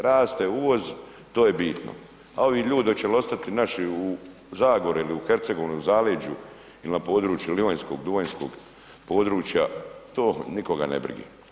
Raste uvoz to je bitno, a ovi ljudi hoće li ostati naši u Zagori ili u Hercegovini, u zaleđu ili na području livanjskog, duvanjskog područja to nikoga nije briga.